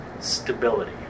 stability